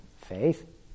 faith